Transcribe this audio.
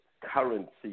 currency